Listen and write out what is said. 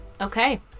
Okay